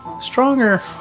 Stronger